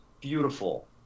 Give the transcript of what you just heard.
beautiful